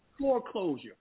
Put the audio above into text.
foreclosure